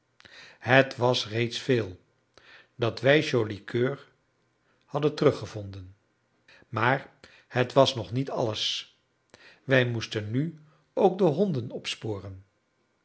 het was reeds veel dat wij joli coeur hadden teruggevonden maar het was nog niet alles wij moesten nu ook de honden opsporen